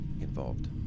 involved